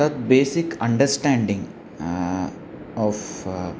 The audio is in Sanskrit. तत् बेसिक् अण्डर्स्टेण्डिङ्ग् आफ़्